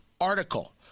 article